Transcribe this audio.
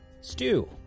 stew